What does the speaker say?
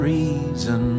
reason